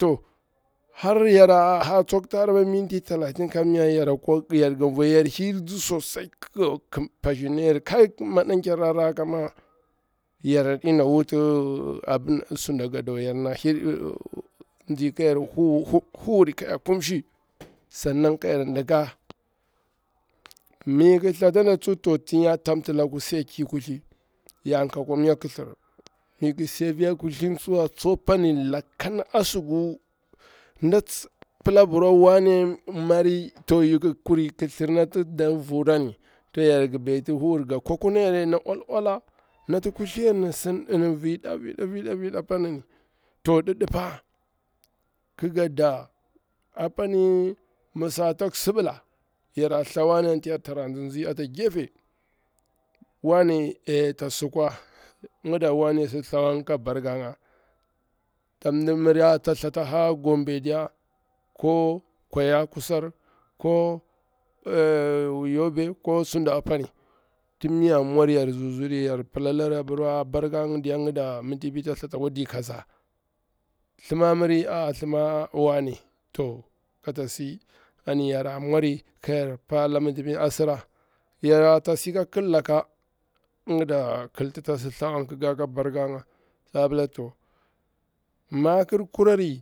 To har yara tsokti hara pa minti talatin kamya ya ga voyaru yar hir hirtsi sosaligiga pazhinayeri, keri madankar rarraka ma yara ɗena wuti suda ga dawa, nzi ka yar huru ka yar kumshi sunnan ka yar dika. Mi ik thata da tsu to tin yatam tilaku sai kir kuthliya ka akuci mnya laithlir, mi iki si a fiya kuthin tsuwa tso pani, lakan a nzugu nda pila birwa wanne mri to ik kuri kithir nati da vura ni, to yarki beti huru nga kwakina yare na ul ula, nati kuthliyari na sin vida vida pani ni, to didipa kiga da apani twi sak tak sibila yara thlawani anti yara tara tsitsi ata gefe wane ey ta sukwa, ngida wane si thlawa nga ka barka nga, ta mdir biri ca ta thata ha gombe diya ko kwaya kusar, ko yobe ko sude apani, tin mi yar mwari yar zur zuri ya pila lari apirwa barka ngi diya kida miti pi ta thlata akwadi kaza, thima miri a a thlima wane to kata si, on yara mwari, ka yar pala mitipin asira, ta ta sika kil laka, ngida kil natita si thawangini ki lari ka barka nga to pila to ma gun tuwari.